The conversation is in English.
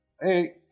hey